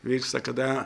vyksta kada